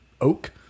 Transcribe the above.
oak